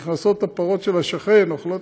נכנסות הפרות של השכן ואוכלות,